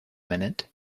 minute